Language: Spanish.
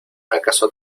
acaso